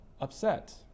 upset